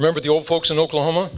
remember the old folks in oklahoma